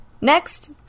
Next